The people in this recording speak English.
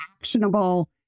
actionable